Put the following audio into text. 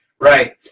Right